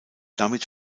damit